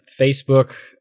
Facebook